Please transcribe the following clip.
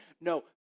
No